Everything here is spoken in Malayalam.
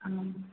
ആ